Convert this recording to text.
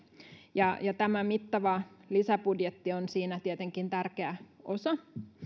ja tämä mittava lisäbudjetti on siinä tietenkin tärkeä osa